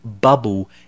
bubble